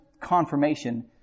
confirmation